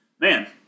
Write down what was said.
man